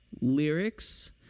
lyrics